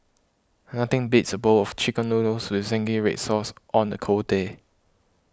nothing beats a bowl of Chicken Noodles with Zingy Red Sauce on a cold day